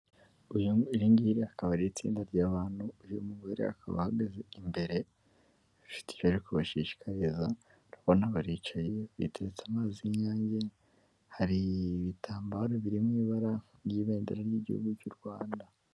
Iri ngiri akaba ari itsinda ry'abantu, uyu mugore akaba ahagaze imbere afite icyo ari kubashishikariza, urabona baricaye biteretse amazi y'inyange hari ibitambaro biri mu ibara ry'ibendera ry'igihugu cy'u Rwanda.